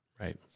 Right